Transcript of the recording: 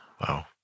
wow